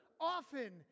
often